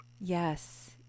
Yes